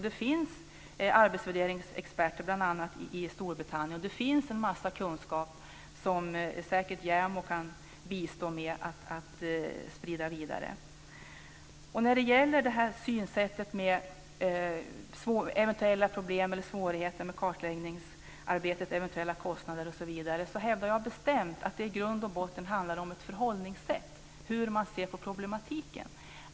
Det finns arbetsvärderingsexperter bl.a. i Storbritannien och en massa kunskap som JämO säkert kan bistå med att sprida vidare. När det gäller problem eller svårigheter med kartläggningsarbetet, eventuella kostnader osv. hävdar jag bestämt att det i grund och botten handlar om ett förhållningssätt till problematiken.